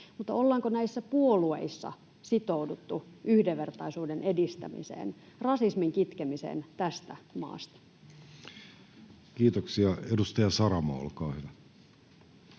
mutta ollaanko näissä puolueissa sitouduttu yhdenvertaisuuden edistämiseen, rasismin kitkemiseen tästä maasta? Kiitoksia. — Edustaja Saramo, olkaa hyvä.